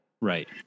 Right